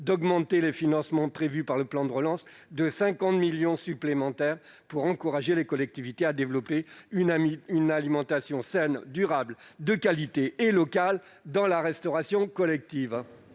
à augmenter les financements prévus par le plan de relance de 50 millions d'euros, pour encourager les collectivités à développer une alimentation saine, durable, de qualité et locale dans la restauration collective.